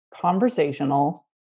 conversational